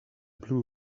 blew